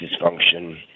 dysfunction